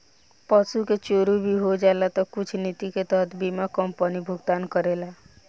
पशु के चोरी भी हो जाला तऽ कुछ निति के तहत बीमा कंपनी भुगतान करेला